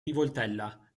rivoltella